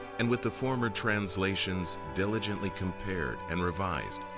and with the former translations diligently compared and revised.